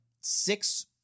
six